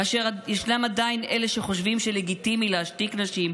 כאלה שחושבים שלגיטימי להשתיק נשים,